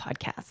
podcast